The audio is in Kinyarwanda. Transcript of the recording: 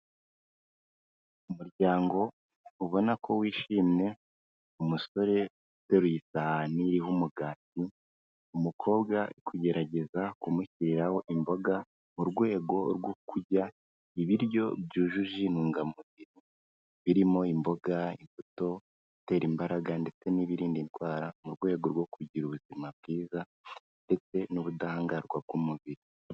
Umuryango ubona ko wishimye, umusore uteruye isahani iriho umugati. Umukobwa kugerageza kumushyiriraraho imboga mu rwego rwo kurya ibiryo byujuje intungamubiri birimo imboga, imbuto ibitera imbaraga ndetse n'ibirinda indwara mu rwego rwo kugira ubuzima bwiza ndetse n'ubudahangarwa ku mubiri.